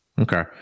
Okay